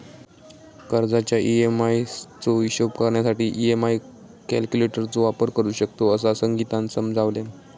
कर्जाच्या ई.एम्.आई चो हिशोब करण्यासाठी ई.एम्.आई कॅल्क्युलेटर चो वापर करू शकतव, असा संगीतानं समजावल्यान